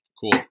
Cool